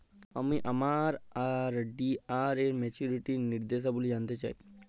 আমি আমার আর.ডি এর মাচুরিটি নির্দেশাবলী জানতে চাই